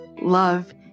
love